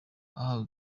ahawe